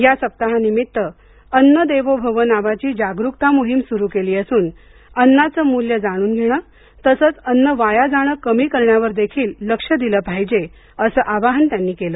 या सप्ताहानिमित्त अन्न देवो भव नावाची जागरुकता मोहीम सुरु केली असून अन्नाचं मूल्य जाणून घेणं तसंच अन्न वाया जाणं कमी करण्यावर देखील लक्ष दिलं पाहिजे असं आवाहन त्यांनी केलं